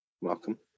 Welcome